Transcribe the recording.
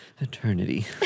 eternity